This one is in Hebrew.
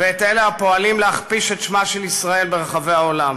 ואת אלה הפועלים להכפיש את שמה של ישראל ברחבי העולם,